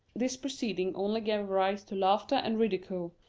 this proceeding only gave rise to laughter and ridicule.